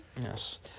Yes